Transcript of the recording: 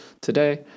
today